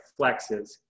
flexes